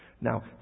Now